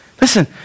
Listen